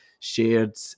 shared